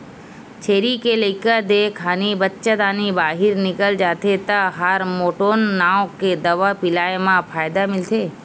छेरी के लइका देय खानी बच्चादानी बाहिर निकल जाथे त हारमोटोन नांव के दवा पिलाए म फायदा मिलथे